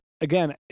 again